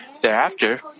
Thereafter